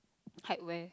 hike where